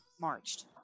marched